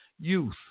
youth